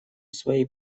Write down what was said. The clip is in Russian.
своей